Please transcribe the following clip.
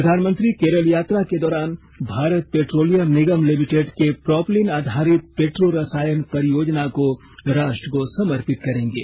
प्रधानमंत्री केरल यात्रा के दौरान भारत पेट्रोलियम निगम लिमिटेड के प्रोपलीन आधारित पेट्रोरसायन परियोजना को राष्ट्र को समर्पित करेंगे